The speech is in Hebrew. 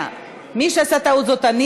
מי שעשה טעות זה אני.